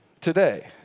today